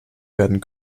werden